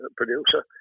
producer